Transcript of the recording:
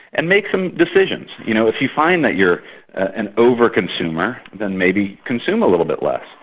and make some decisions. you know if you find that you're an over-consumer, then maybe consume a little bit less.